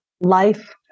Life